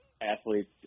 athletes